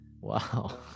Wow